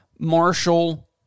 Marshall